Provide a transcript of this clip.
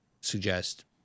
suggest